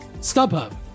StubHub